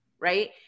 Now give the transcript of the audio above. right